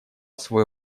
свой